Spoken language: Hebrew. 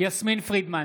יסמין פרידמן,